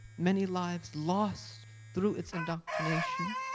many lives lost through its indoctrination,